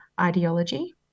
ideology